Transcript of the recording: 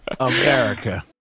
America